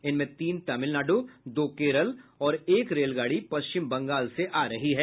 इनमें तीन तमिलनाडु दो केरल और एक रेलगाड़ी पश्चिम बंगाल से आ रही है